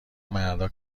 مردا